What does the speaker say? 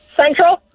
Central